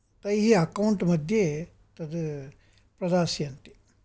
तैः अकौण्ट् मध्ये तत् प्रदास्यन्ति